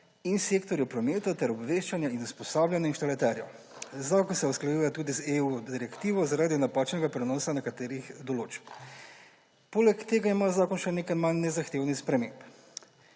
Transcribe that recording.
in sektorju prometa ter obveščanja in usposabljanja inštalaterjev. Zakon se usklajuje tudi z EU direktivo zaradi napačnega prenosa nekaterih določb. Poleg tega ima zakon še nekaj manj nezahtevnih sprememb.